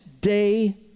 day